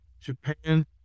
Japan